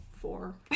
four